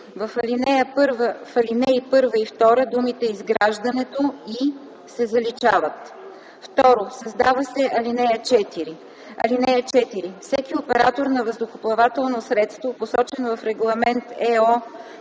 В ал. 1 и 2 думите “Изграждането и” се заличават. 2. Създава се ал. 4: „(4) Всеки оператор на въздухоплавателно средство, посочен в Регламент (ЕО)